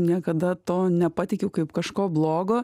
niekada to nepatikiu kaip kažko blogo